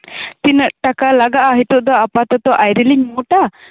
ᱛᱤᱱᱟᱹᱜ ᱴᱟᱠᱟ ᱞᱟᱜᱟᱜ ᱟ ᱦᱤᱛᱚᱜ ᱫᱚ ᱟᱯᱟᱛᱚᱛᱚ ᱟᱣᱨᱤ ᱞᱤᱧ ᱢᱳᱴᱟ